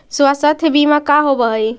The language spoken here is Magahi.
स्वास्थ्य बीमा का होव हइ?